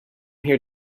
here